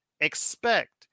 expect